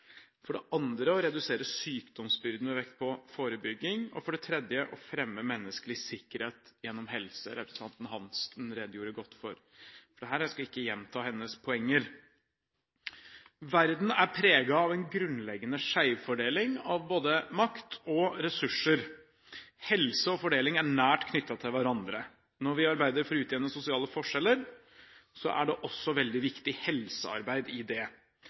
for det andre å redusere sykdomsbyrden, med vekt på forebygging, og for det tredje å fremme menneskelig sikkerhet gjennom helse. Representanten Eva Kristin Hansen redegjorde godt for dette. Jeg skal ikke gjenta hennes poenger. Verden er preget av en grunnleggende skjevfordeling av både makt og ressurser. Helse og fordeling er nært knyttet til hverandre. Når vi arbeider for å utjevne sosiale forskjeller, er det også veldig viktig helsearbeid i det.